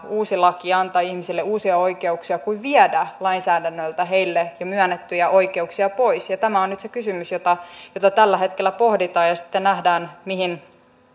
uusi laki ja antaa ihmisille uusia oikeuksia kuin viedä lainsäädännöllä heille jo myönnettyjä oikeuksia pois tämä on nyt se kysymys jota jota tällä hetkellä pohditaan ja sitten nähdään mihin